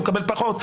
הוא מקבל פחות.